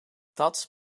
dat